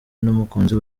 n’umukunzi